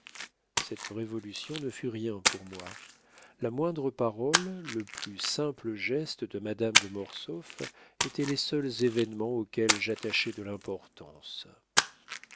cette révolution ne fut rien pour moi la moindre parole le plus simple geste de madame de mortsauf étaient les seuls événements auxquels j'attachais de l'importance